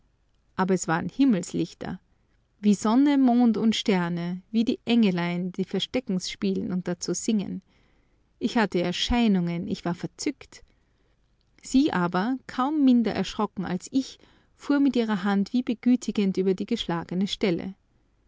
aber es waren himmelslichter wie sonne mond und sterne wie die engelein die versteckens spielen und dazu singen ich hatte erscheinungen ich war verzückt sie aber kaum minder erschrocken als ich fuhr mit ihrer hand wie begütigend über die geschlagene stelle